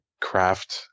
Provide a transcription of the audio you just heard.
craft